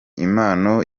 impano